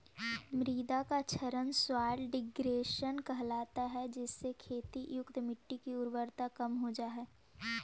मृदा का क्षरण सॉइल डिग्रेडेशन कहलाता है जिससे खेती युक्त मिट्टी की उर्वरता कम हो जा हई